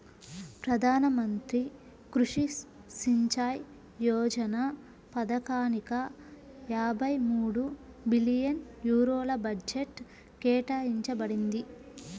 ప్రధాన మంత్రి కృషి సించాయ్ యోజన పథకానిక యాభై మూడు బిలియన్ యూరోల బడ్జెట్ కేటాయించబడింది